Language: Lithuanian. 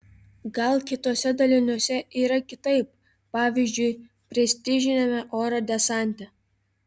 gal kituose daliniuose yra kitaip pavyzdžiui prestižiniame oro desante